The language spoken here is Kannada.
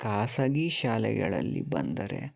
ಖಾಸಗೀ ಶಾಲೆಗಳಲ್ಲಿ ಬಂದರೆ